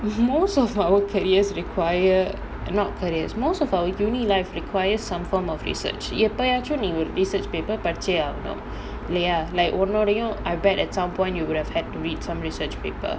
most of her own careers require not careers most of our university life requires some form of research எப்போயாச்சி நீ ஒரு:eppoyaachi nee oru research paper படிச்சே ஆகணும்:padichae aaganum like இல்லையா:illaiya I bet at some point you would have had to read some research paper